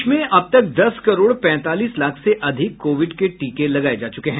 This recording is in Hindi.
देश में अब तक दस करोड़ पैंतालीस लाख से अधिक कोविड के टीके लगाये जा चुके हैं